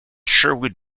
sherwood